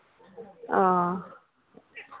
ᱚ